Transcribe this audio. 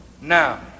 Now